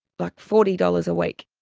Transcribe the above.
like forty dollars a week.